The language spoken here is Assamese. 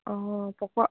অঁ পকোৱা